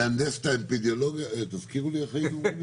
אבל בתוך חלל סגור להנדס את תזכירו לי איך אומרים את זה?